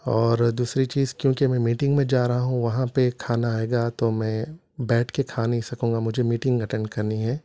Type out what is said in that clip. اور دوسری چیز کیونکہ میں میٹنگ میں جا رہا ہوں وہاں پہ کھانا آئے گا تو میں بیٹھ کے کھا نہیں سکوں گا مجھے میٹنگ اٹینڈ کرنی ہے